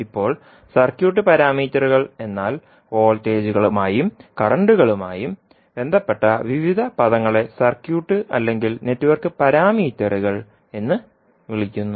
ഇപ്പോൾ സർക്യൂട്ട് പാരാമീറ്ററുകൾ എന്നാൽ വോൾട്ടേജുകളുമായും കറൻറുകളുമായും ബന്ധപ്പെട്ട വിവിധ പദങ്ങളെ സർക്യൂട്ട് അല്ലെങ്കിൽ നെറ്റ്വർക്ക് പാരാമീറ്ററുകൾ എന്ന് വിളിക്കുന്നു